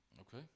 Okay